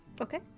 okay